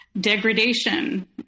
Degradation